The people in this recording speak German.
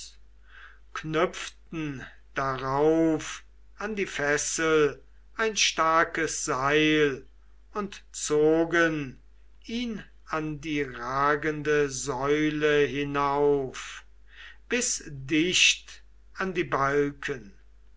knüpften darauf an die fessel ein starkes seil und zogen ihn an die ragende säule hinauf bis dicht an die balken